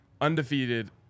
undefeated